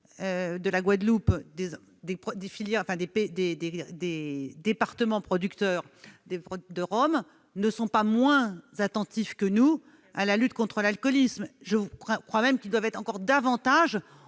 de la Guadeloupe ou des départements producteurs de rhum ne sont pas moins attentifs que nous à la lutte contre l'alcoolisme. Je crois même qu'ils doivent l'être encore plus, au